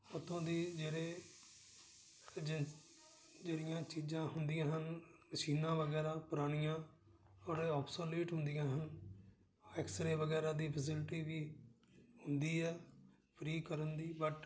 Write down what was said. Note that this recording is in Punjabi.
ਉੱਥੋਂ ਦੇ ਜਿਹੜੇ ਜਿਹੜੀਆਂ ਚੀਜ਼ਾਂ ਹੁੰਦੀਆਂ ਹਨ ਮਸ਼ੀਨਾਂ ਵਗੈਰਾ ਪੁਰਾਣੀਆਂ ਬੜੇ ਔਬਸੋਲੇਟ ਹੁੰਦੀਆਂ ਹਨ ਐਕਸਰੇ ਵਗੈਰਾ ਦੀ ਫੈਸਿਲਿਟੀ ਵੀ ਹੁੰਦੀ ਆ ਫਰੀ ਕਰਨ ਦੀ ਬਟ